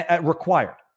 required